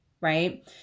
right